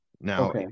Now